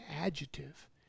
adjective